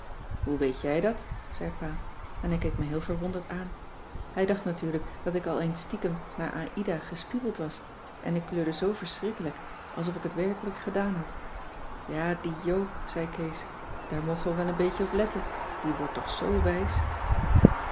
hoe weet jij dat zei pa en hij keek me heel verwonderd aan hij dacht natuurlijk dat ik al eens stiekem naar aïda gespiebeld was en ik kleurde zoo verschrikkelijk alsof ik het werkelijk gedaan had ja die joop zei kees daar mogen we wel een beetje op letten die wordt toch zoo wijs